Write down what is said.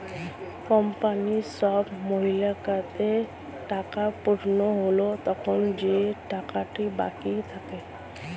কোম্পানির সব মালিকদের টাকা পূরণ হলে তখন যে টাকাটা বাকি থাকে